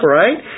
right